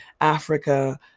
Africa